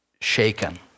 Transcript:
shaken